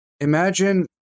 imagine